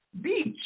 Beach